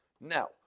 now